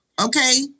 okay